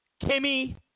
Kimmy